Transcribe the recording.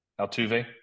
Altuve